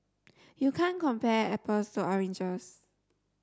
you can't compare apples to oranges